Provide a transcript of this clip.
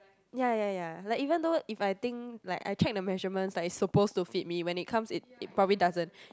ya ya ya like even though if I think like I check the measurements like it suppose to fit me when it comes it it probably doesn't